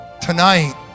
tonight